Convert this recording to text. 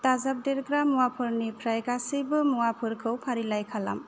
दाजाबदेरग्रा मुवाफोरनिफ्राय गासैबो मुवाफोरखौ फारिलाइ खालाम